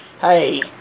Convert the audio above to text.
hey